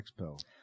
Expo